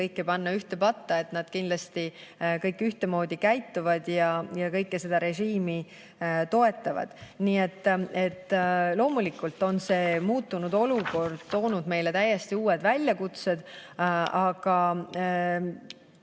kõiki ühte patta panna, et nad kindlasti kõik ühtemoodi käituvad ja kõik seda režiimi toetavad. Loomulikult on muutunud olukord toonud meile täiesti uued väljakutsed. Aga